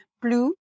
blue